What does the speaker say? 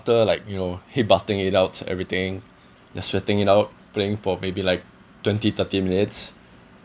after like you know heat bathing it out everything just sweating it out playing for maybe like twenty thirty minutes